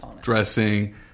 dressing